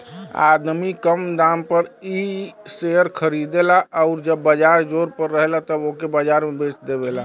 आदमी कम दाम पर इ शेअर खरीदेला आउर जब बाजार जोर पर रहेला तब ओके बाजार में बेच देवेला